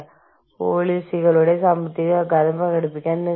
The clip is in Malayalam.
അപ്പോൾ അവിടെ സംഘർഷങ്ങൾ ഉണ്ടാകാം തിരിച്ചും സംഭവിക്കാം